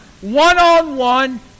one-on-one